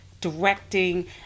directing